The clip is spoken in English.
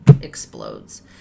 explodes